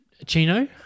Chino